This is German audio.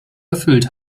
erfüllt